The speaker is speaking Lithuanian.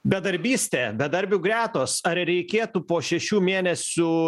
bedarbystė bedarbių gretos ar reikėtų po šešių mėnesių